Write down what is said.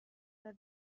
der